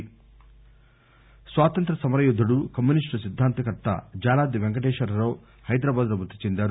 మ్పతి స్వాతంత్ర్య సమరయోధుడు కమ్యూనిస్టు సిద్దాంతకర్త జాలాది వెంకటేశ్వరరావు హైదరాబాద్లో మృతి చెందారు